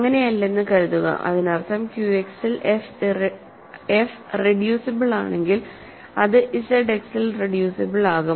അങ്ങനെയല്ലെന്ന് കരുതുക അതിനർത്ഥം ക്യുഎക്സിൽ എഫ് റെഡ്യൂസിബിൾ ആണെങ്കിൽ അത് ഇസഡ് എക്സിൽ റെഡ്യൂസിബിൾ ആകും